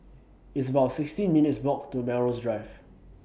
It's about sixteen minutes' Walk to Melrose Drive